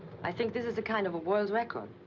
i think this is a kind of a world's record.